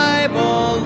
Bible